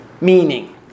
meaning